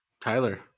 Tyler